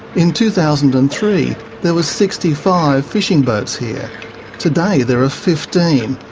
in two thousand and three there were sixty five fishing boats here today, there are fifteen,